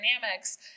dynamics